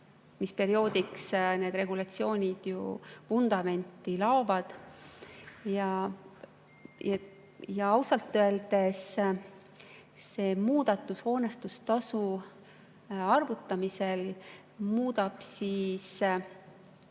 pikaks perioodiks need revolutsioonid ju vundamenti laovad. Ausalt öeldes see muudatus hoonestustasu arvutamisel peaks